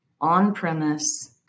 on-premise